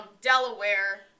Delaware